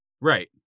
right